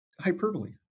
hyperbole